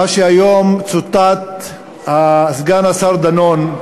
מה שהיום צוטט מסגן השר דנון,